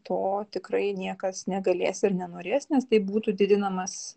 to tikrai niekas negalės ir nenorės nes taip būtų didinamas